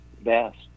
best